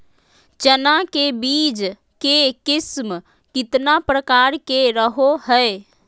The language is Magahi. चना के बीज के किस्म कितना प्रकार के रहो हय?